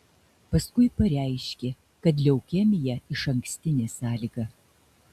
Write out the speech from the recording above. paskui pareiškė kad leukemija išankstinė sąlyga